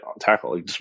tackle